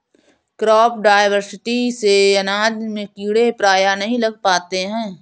crop diversity से अनाज में कीड़े प्रायः नहीं लग पाते हैं